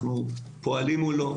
אנחנו פועלים מולו,